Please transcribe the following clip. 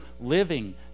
living